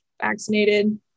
vaccinated